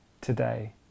today